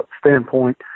standpoint